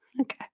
Okay